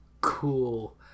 Cool